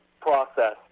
process